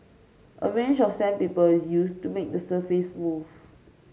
a range of sandpaper is use to make the surface smooth